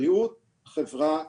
הוצאת המיטות כדי לשפות על חסר אחר,